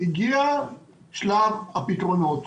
הגיע שלב הפתרונות.